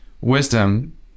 wisdom